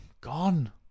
gone